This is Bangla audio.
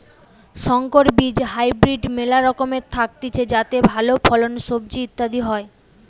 সংকর বীজ হাইব্রিড মেলা রকমের থাকতিছে যাতে ভালো ফল, সবজি ইত্যাদি হয়